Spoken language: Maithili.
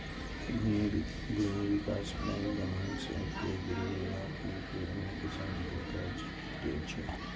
भूमि विकास बैंक जमीन के गिरवी राखि कें किसान कें कर्ज दै छै